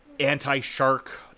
anti-shark